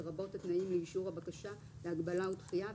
לרבות התנאים לאישור הבקשה להגבלה או דחייה,